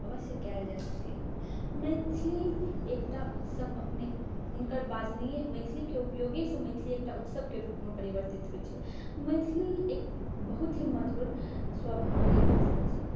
अवश्य कएल जा सकैए मैथिली एकटा उत्सव अपने हुनकर बाजनाइए मैथिलीके उपयोगेसँ मैथिली एकटा उत्सवके रूपमे परिवर्तित होइ छै मैथिली एक बहुत ही मधुर स्वाभिमानी भाषा छै